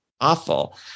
awful